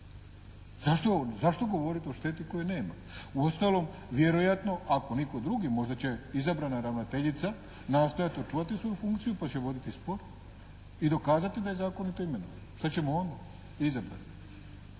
Zašto govoriti o šteti koje nema. Uostalom vjerojatno ako nitko drugi možda će izabrana ravnateljica nastojati očuvati svoju funkciju pa će voditi spor i dokazati da je zakonito imenovan. Šta ćemo onda, izabran.